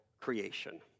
creation